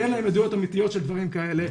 כי אין להם עדויות אמיתיות של דברים כאלה,